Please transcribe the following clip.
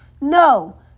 No